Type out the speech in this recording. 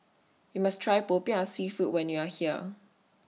YOU must Try Popiah Seafood when YOU Are here